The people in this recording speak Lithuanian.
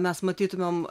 mes matytumėm